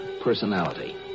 personality